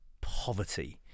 poverty